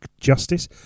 justice